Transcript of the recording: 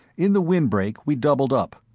in the windbreak we doubled up,